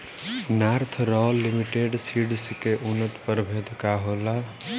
North Royal Limited Seeds के उन्नत प्रभेद का होला?